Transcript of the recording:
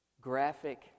...graphic